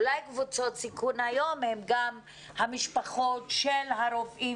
אולי קבוצות הסיכון היום הן גם משפחות הרופאים